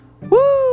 Woo